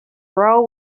row